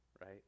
right